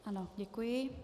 Ano, děkuji.